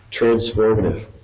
transformative